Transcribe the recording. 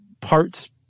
parts